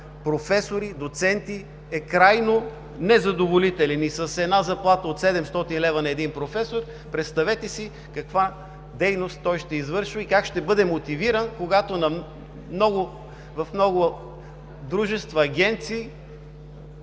професори, доценти е крайно незадоволителен и с една заплата от 700 лв. на един професор представете си каква дейност той ще извършва и как ще бъде мотивиран, когато в много дружества и агенции